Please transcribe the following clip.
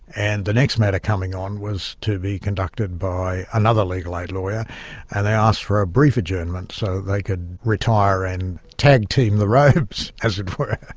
and the next matter coming on was to be conducted by another legal aid lawyer, and they asked for a brief adjournment so they could retire and tag-team the robes, as it were.